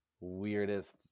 weirdest